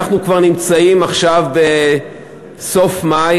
אנחנו כבר נמצאים עכשיו בסוף מאי.